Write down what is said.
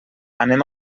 anem